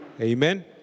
Amen